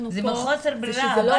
מחוסר ברירה.